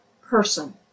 person